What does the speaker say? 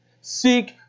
Seek